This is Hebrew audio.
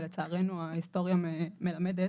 ולצערנו ההיסטוריה מלמדת